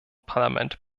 parlament